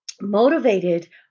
motivated